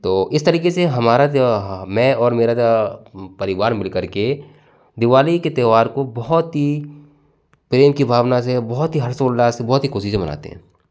तो इस तरीके से हमारा त्येवहा मैं और मेरा परिवार मिलकर के दिवाली के त्यौहार को बहुत ही प्रेम की भावना से बहुत ही हर्षोल्लास बहुत ही ख़ुशी से मनाते हैं